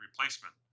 replacement